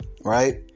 right